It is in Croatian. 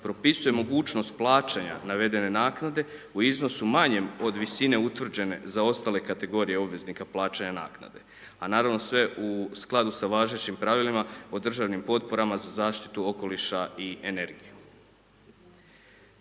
propisuje mogućnost plaćanja navedene naknade u iznosu manjem od visine utvrđene za ostale kategorije obveznika plaćanja naknade, a naravno sve u skladu sa važećim pravilima o državnim potporama za zaštitu okoliša i energije.